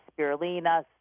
spirulina